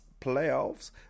playoffs